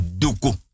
duku